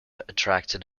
attracted